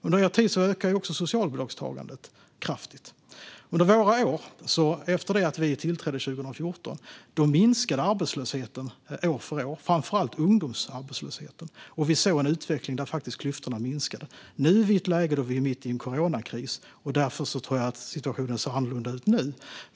Under er tid ökade också socialbidragstagandet kraftigt. Under våra år, efter det att vi tillträdde 2014, minskade arbetslösheten år för år, framför allt ungdomsarbetslösheten, och vi såg en utveckling där klyftorna faktiskt minskade. Nu är vi mitt i en coronakris, och situationen ser därför annorlunda ut.